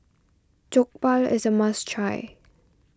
Jokbal is a must try